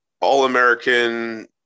All-American